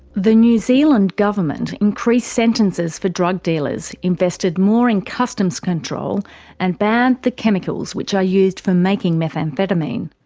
the new zealand government increased sentences for drug dealers, invested more in customs control and banned the chemicals which are used for making methamphetamine.